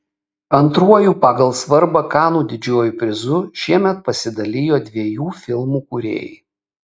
antruoju pagal svarbą kanų didžiuoju prizu šiemet pasidalijo dviejų filmų kūrėjai